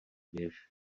běž